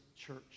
church